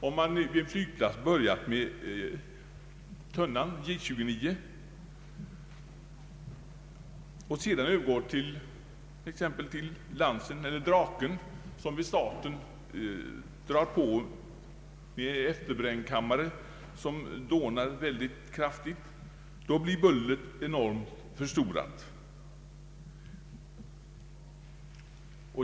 Om man vid en flygplats börjat flyga med Tunnan, J 29, och sedan övergår till plan av typen Lansen eller Draken, som i starten drar på med efterbrännkammare som dånar kraftigt, då blir bullret enormt förstorat.